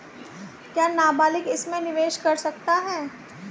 क्या नाबालिग इसमें निवेश कर सकता है?